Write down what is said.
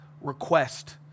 request